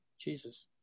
Jesus